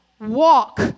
walk